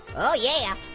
oh yeah.